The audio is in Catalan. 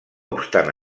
obstant